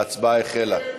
ההצבעה החלה.